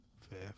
Fair